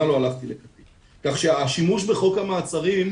השימוש בחוק המעצרים,